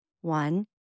One